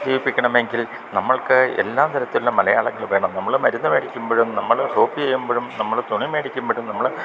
ജീവിപ്പിക്കണമെങ്കിൽ നമ്മൾക്ക് എല്ലാ തരത്തിലുള്ള മലയാളങ്ങൾ വേണം നമ്മൾ മരുന്ന് മേടിക്കുമ്പോഴും നമ്മൾ ഹോപ്പി ചെയ്യുമ്പോഴും നമ്മൾ തുണി മേടിക്കുമ്പോഴും നമ്മൾ